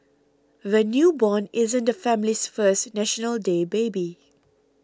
the newborn isn't the family's first National Day baby